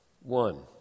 One